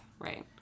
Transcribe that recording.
Right